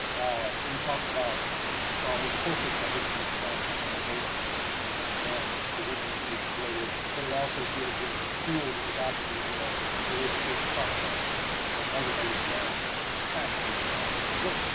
and it talks about it's all focused on richard mentor johnson's plantation um and the woman he exploited, but it also deals with the school that was operated there to educate choctaws and other native americans. it's a fascinating, fascinating book.